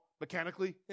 mechanically